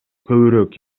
көбүрөөк